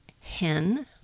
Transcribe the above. hen